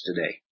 today